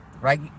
right